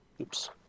Oops